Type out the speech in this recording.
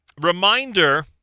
Reminder